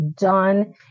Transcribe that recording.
done